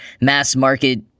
mass-market